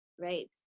right